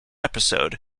episode